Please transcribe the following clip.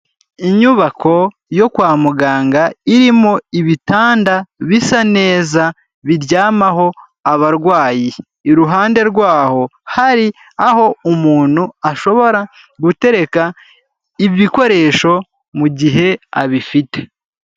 Inyubako yo kwa muganga irimo ibitanda bisa neza biryamaho abarwayi, iruhande rwaho hari aho umuntu ashobora gutereka ibikoresho mu gihe abifite.